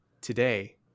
today